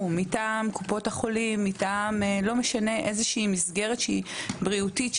מטעם קופות החולים או מטעם כל מסגרת בריאותית,